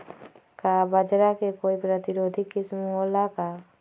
का बाजरा के कोई प्रतिरोधी किस्म हो ला का?